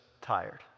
tired